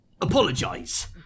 apologise